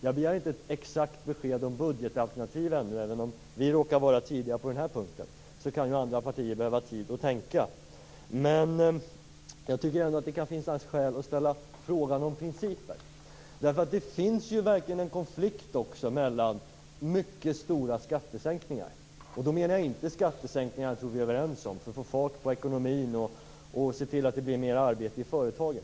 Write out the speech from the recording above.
Jag begär inte ett exakt besked om budgetalternativen. Även om vi i Centerpartiet råkar vara tidiga på den här punkten kan ju andra partiet behöva tid att tänka. Jag tycker ändå att det kan finnas skäl att ställa frågan om principer. Det finns verkligen en konflikt med mycket stora skattesänkningar. Då menar jag inte skattesänkningar som jag tror att vi är överens om för att få fart på ekonomin och se till att det blir fler arbeten i företagen.